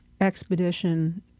expedition